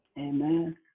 Amen